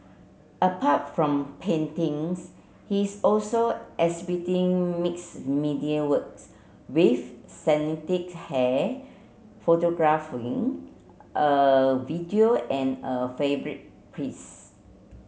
apart from paintings he's also exhibiting mix media works with hair a video and a fabric piece